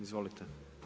Izvolite.